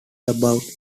about